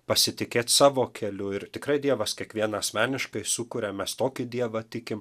pasitikėt savo keliu ir tikrai dievas kiekvieną asmeniškai sukuria mes tokį dievą tikim